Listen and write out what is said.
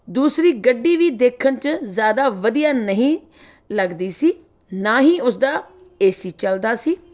ਦੂਸਰੀ ਗੱਡੀ ਵੀ ਦੇਖਣ 'ਚ ਜ਼ਿਆਦਾ ਵਧੀਆ ਨਹੀ ਲੱਗਦੀ ਸੀ ਨਾ ਹੀ ਉਸ ਦਾ ਏ ਸੀ ਚੱਲਦਾ ਸੀ